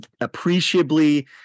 appreciably